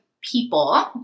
people